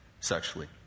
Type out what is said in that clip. sexually